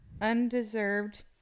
undeserved